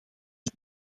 het